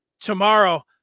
tomorrow